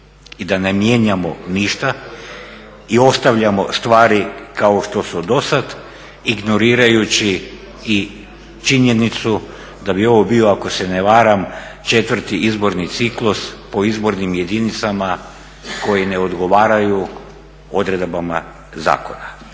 i da ne mijenjamo ništa i ostavljamo stvari kao što su dosad, ignorirajući i činjenicu da bi ovo bio ako se ne varam četvrti izborni ciklus po izbornim jedinicama koji ne odgovaraju odredbama zakona.